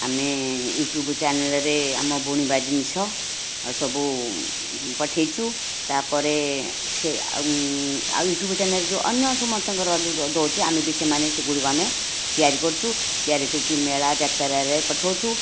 ଆମେ ୟୁଟ୍ୟୁବ୍ ଚ୍ୟାନେଲ୍ରେ ଆମ ବୁଣିବା ଜିନିଷ ସବୁ ପଠାଇଛୁ ତା'ପରେ ସେ ଆଉ ୟୁଟ୍ୟୁବ୍ ଚ୍ୟାନେଲ୍ ଯେଉଁ ଅନ୍ୟ ସମସ୍ତଙ୍କର ଯେଉଁ ଦେଉଛି ଆମେ ବି ସେମାନେ ସେଗୁଡ଼ିକ ଆମେ ତିଆରି କରୁଛୁ ତିଆରି କରିକି ମେଳା ଯାତ୍ରାରେ ପଠାଉଛୁ